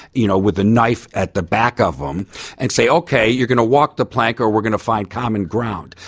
you know, with a knife at the back of em and say, ok, you're going to walk the plank or we're going to find common ground.